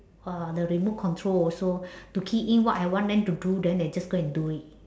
uh the remote control also to key in what I want them to do then they just go and do it